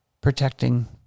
protecting